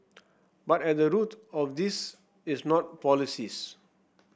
but at the root of this is not policies